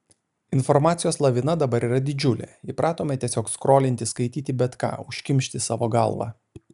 informacijos lavina dabar yra didžiulė įpratome tiesiog skrolinti skaityti bet ką užkimšti savo galvą